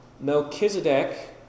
Melchizedek